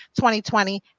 2020